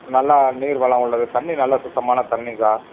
நல்லா நீர் வளம் உள்ளது தண்ணி நல்லா சுத்தமான தண்ணி சார்